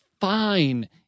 fine